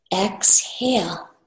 exhale